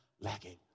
lacking